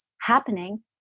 happening